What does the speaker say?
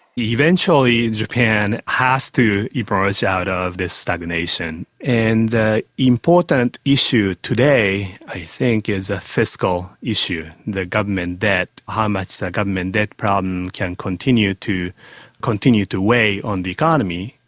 eventually japan has to emerge out of this stagnation. and the important issue today i think is a fiscal issue the government debt, how much the government debt problem can continue to continue to weigh on the economy.